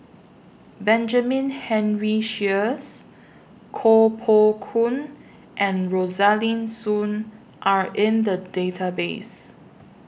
Benjamin Henry Sheares Koh Poh Koon and Rosaline Soon Are in The Database